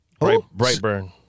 Brightburn